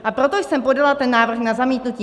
A proto jsem podala návrh na zamítnutí.